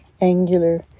angular